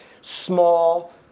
small